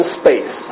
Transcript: space